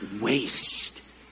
waste